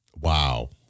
Wow